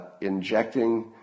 injecting